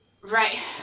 Right